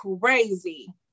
crazy